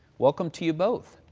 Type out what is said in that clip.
welcome to you both.